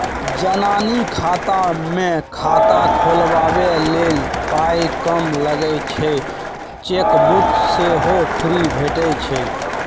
जनानी खाता मे खाता खोलबाबै लेल पाइ कम लगै छै चेकबुक सेहो फ्री भेटय छै